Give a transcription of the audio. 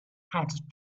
had